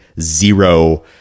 zero